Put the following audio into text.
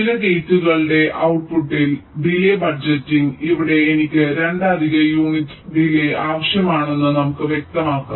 ചില ഗേറ്റുകളുടെ ഔട്ട്പുട്ടിൽ ഡിലേയ് ബജറ്റിംഗ് ഇവിടെ എനിക്ക് 2 അധിക യൂണിറ്റ് ഡിലേയ് ആവശ്യമാണെന്ന് നമുക്ക് വ്യക്തമാക്കാം